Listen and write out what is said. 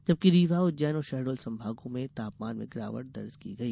जबकि रीवा उज्जैन और शहडोल संभागों में तापमान में गिरावट दर्ज की गई